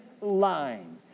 line